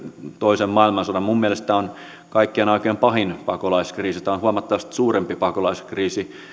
toisen maailmansodan niin minun mielestäni tämä on kaikkien aikojen pahin pakolaiskriisi tämä on huomattavasti suurempi pakolaiskriisi